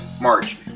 March